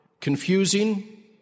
confusing